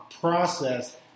process